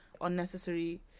unnecessary